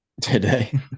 Today